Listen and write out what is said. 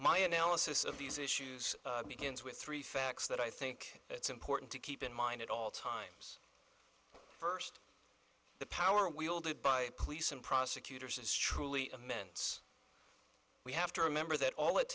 my analysis of these issues begins with three facts that i think it's important to keep in mind at all times times first the power wielded by police and prosecutors is truly a mess we have to remember that all it